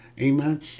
Amen